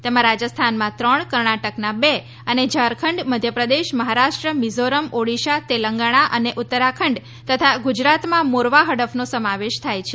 તેમાં રાજસ્થાનમાં ત્રણ કર્ણાટકના બે અને ઝારખંડ મધ્યપ્રદેશ મહારાષ્ટ્ર મિઝીરમ ઓડિશા તેલંગાણા અને ઉત્તરાખંડ તથા ગુજરાતમાં મોરવા હડફનો સમાવેશ થાય છે